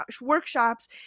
workshops